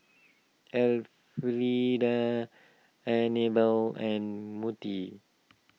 Elfrieda Anibal and Monty